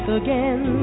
again